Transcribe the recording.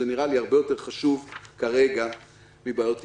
זה נראה לי הרבה יותר חשוב כרגע מבעיות אפיון.